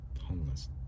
homeless